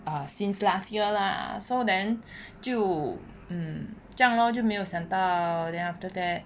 err since last year lah so then 就这样 lor 就没有想到 then after that